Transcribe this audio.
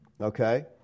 Okay